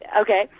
Okay